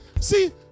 See